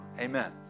Amen